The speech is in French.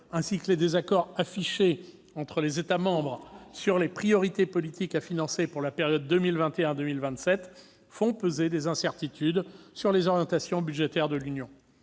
ainsi que les désaccords affichés entre les États membres sur les priorités politiques à financer pour la période 2021-2027 font peser des incertitudes sur les orientations budgétaires de l'Union.